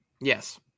Yes